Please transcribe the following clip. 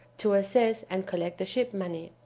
to assess and collect the ship money,